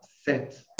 set